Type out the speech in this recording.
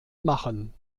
machen